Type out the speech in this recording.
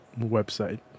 website